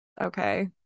Okay